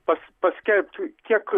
pas paskelbti kiek